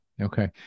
Okay